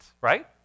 right